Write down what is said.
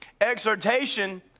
Exhortation